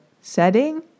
setting